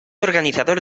organizador